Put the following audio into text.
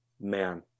man